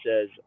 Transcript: says